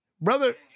brother